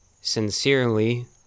sincerely